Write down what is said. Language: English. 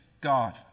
God